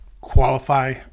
qualify